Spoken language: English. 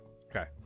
Okay